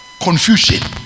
confusion